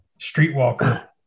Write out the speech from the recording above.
Streetwalker